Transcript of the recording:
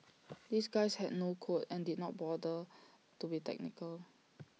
these guys had no code and didn't bother to be tactical